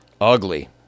Ugly